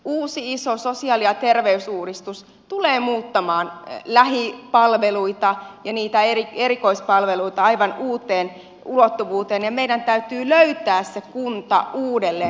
uusi iso sosiaali ja terveysuudistus tulee muuttamaan lähipalveluita ja niitä erikoispalveluita aivan uuteen ulottuvuuteen ja meidän täytyy löytää se kunta uudelleen